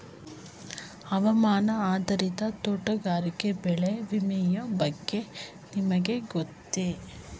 ಹವಾಮಾನ ಆಧಾರಿತ ತೋಟಗಾರಿಕೆ ಬೆಳೆ ವಿಮೆಯ ಬಗ್ಗೆ ನಿಮಗೆ ಗೊತ್ತೇ?